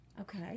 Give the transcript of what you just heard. Okay